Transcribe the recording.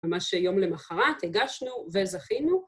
ממש שיום למחרת הגשנו וזכינו.